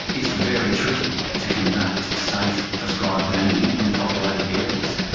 it's very tricky to conduct safe prescribed burning in populated areas.